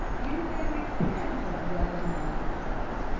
ye may repent of wedded manne's life,